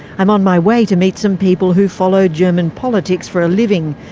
i'm on my way to meet some people who follow german politics for a living,